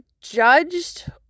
judged